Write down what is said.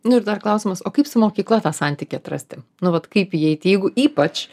nu ir dar klausimas o kaip su mokykla tą santykį atrasti nu vat kaip įeiti jeigu ypač